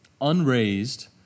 unraised